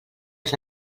els